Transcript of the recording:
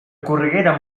correguera